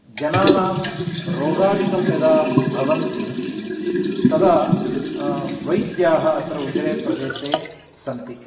जनानां रोगादिकं यदा भवन्ति तदा वैद्याः अत्र उजिरेप्रदेशे सन्ति